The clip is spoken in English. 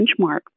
benchmark